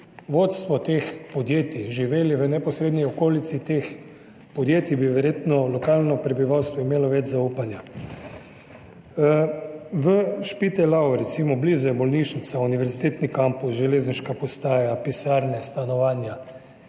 vodstvo teh podjetij živeli v neposredni okolici teh podjetij, bi verjetno lokalno prebivalstvo imelo več zaupanja. Recimo blizu Spittelau je bolnišnica, univerzitetni kampus, železniška postaja, pisarne, stanovanja.